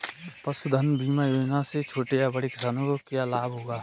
पशुधन बीमा योजना से छोटे या बड़े किसानों को क्या लाभ होगा?